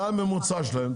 זה הממוצע שלהם.